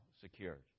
secured